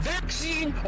Vaccine